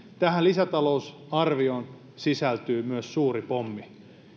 tähän lisätalousarvioon sisältyy myös suuri pommi